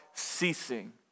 ceasing